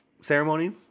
ceremony